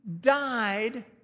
died